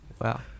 Wow